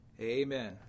Amen